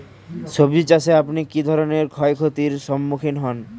সবজী চাষে আপনি কী ধরনের ক্ষয়ক্ষতির সম্মুক্ষীণ হন?